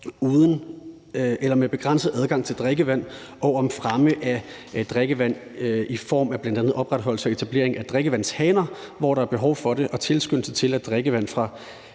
med begrænset adgang til drikkevand og at fremme drikkevand i form af bl.a. opretholdelse og etablering af drikkevandshaner, hvor der er behov for det, og tilskyndelse til, at drikkevand fra